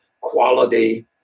quality